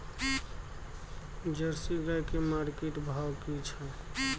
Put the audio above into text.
Jersey गाय की market भाव की छै?